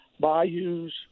bayous